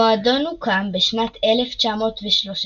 המועדון הוקם בשנת 1913,